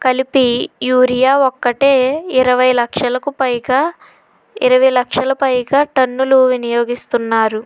కలిపి యూరియా ఒక్కటే ఇరవై లక్షలకు పైగా ఇరవై లక్షల పైగా టన్నులు వినియోగిస్తున్నారు